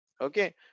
okay